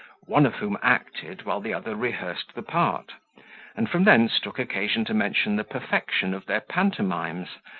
one of whom acted, while the other rehearsed the part and from thence took occasion to mention the perfection of their pantomimes,